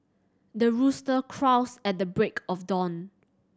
the rooster crows at the break of dawn